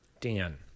Dan